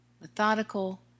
methodical